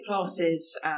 classes